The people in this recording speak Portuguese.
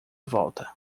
volta